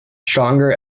stronger